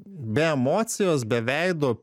be emocijos be veido